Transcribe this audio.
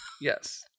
Yes